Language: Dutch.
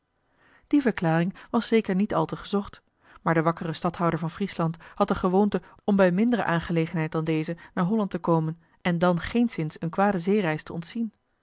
die verklaring was zeker niet al te gezocht maar de wakkere stadhouder van friesland had de gewoonte om bij mindere aangelegenheid dan deze naar holland te komen en dan geenszins een kwade zeereis te ontzien